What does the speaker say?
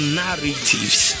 narratives